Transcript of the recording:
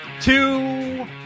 two